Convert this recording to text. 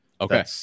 Okay